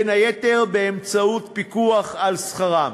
בין היתר באמצעות פיקוח על שכרם.